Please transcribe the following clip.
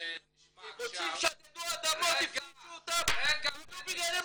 נשמע --- הקיבוצים שדדו אדמות -- -בנו בניינים